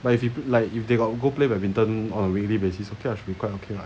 but if you like if they got go play badminton on weekly basis should be quite okay lah